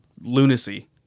lunacy